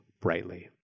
brightly